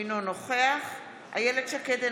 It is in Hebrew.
אינו נוכח איילת שקד,